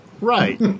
right